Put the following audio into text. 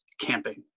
camping